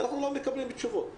אנחנו לא מקבלים תשובות.